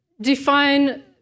define